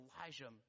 Elijah